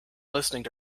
listening